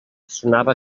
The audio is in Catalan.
sonava